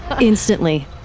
Instantly